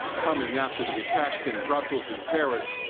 coming after the attacks in brussels and paris,